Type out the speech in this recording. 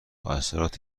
اثرات